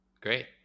great